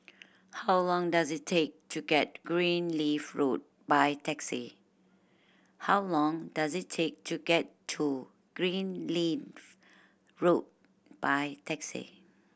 how long does it take to get Greenleaf Road by taxi